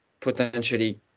potentially